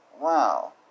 Wow